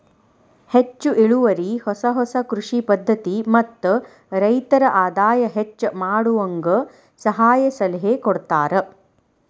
ಹೆಚ್ಚು ಇಳುವರಿ ಹೊಸ ಹೊಸ ಕೃಷಿ ಪದ್ಧತಿ ಮತ್ತ ರೈತರ ಆದಾಯ ಹೆಚ್ಚ ಮಾಡುವಂಗ ಸಹಾಯ ಸಲಹೆ ಕೊಡತಾರ